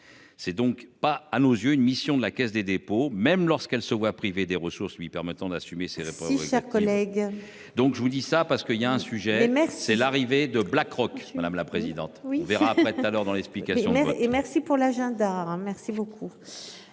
C'est donc pas à nos yeux une mission de la Caisse des dépôts, même lorsqu'elle se voit privés des ressources lui permettant d'assumer ses. Si collègue donc je vous dis ça parce qu'il y a un sujet NS c'est l'arrivée de BlackRock, madame la présidente. Oui on verra après. Tout à l'heure dans l'explication et maire. Si pour l'agenda hein. Merci beaucoup.